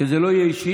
כדי שזה לא יהיה אישי,